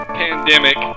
pandemic